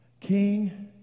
King